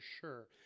sure